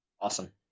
Awesome